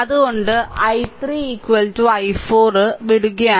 അതിനാൽ i3 i4 i4 വിടുകയാണ്